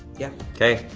yeah. okay.